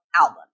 album